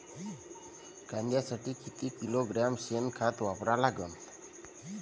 कांद्यासाठी किती किलोग्रॅम शेनखत वापरा लागन?